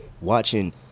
watching